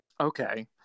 Okay